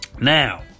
Now